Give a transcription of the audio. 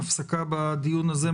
הפסקה בדיון הזה,